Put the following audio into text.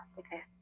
okay